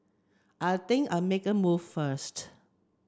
I think I make a move first